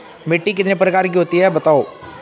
मिट्टी कितने प्रकार की होती हैं बताओ?